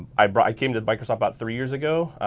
i but i came to microsoft about three years ago.